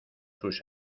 sus